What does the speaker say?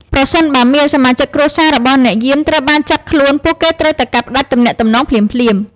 ប្រសិនបើមានសមាជិកគ្រួសាររបស់អ្នកយាមត្រូវបានចាប់ខ្លួន ពួកគេត្រូវតែកាត់ផ្ដាច់ទំនាក់ទំនងភ្លាមៗ។